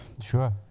Sure